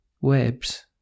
webs